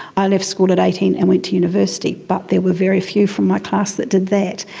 i left school at eighteen and went to university, but there were very few from my class that did that.